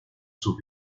sus